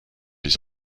les